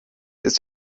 ist